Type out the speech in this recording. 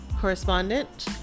correspondent